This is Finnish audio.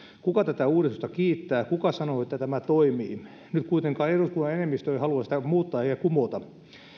kuka tätä uudistusta kiittää kuka sanoo että tämä toimii nyt kuitenkaan eduskunnan enemmistö ei halua sitä muuttaa eikä kumota